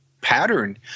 pattern